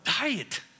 diet